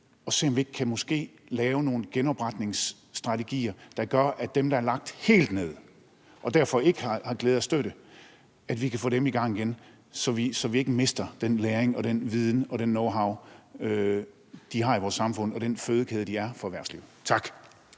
at se om vi måske kan lave nogle genopretningsstrategier, der gør, at dem, der er lagt helt ned og derfor ikke har glæde af støtte, kan komme i gang igen, så vi ikke mister den læring og den viden og den knowhow, de giver vores samfund, og den fødekæde, de er for erhvervslivet. Tak.